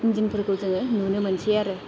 इनजिनफोरखौ जोङो नुनो मोनसै आरो